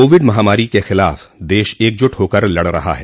Covid महामारी के खिलाफ देश एकजुट होकर लड़ रहा है